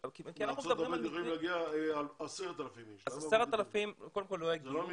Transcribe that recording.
מארצות הברית יכולים להגיע 10,000. אז 10,000 קודם כל לא יגיעו.